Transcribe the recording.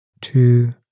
two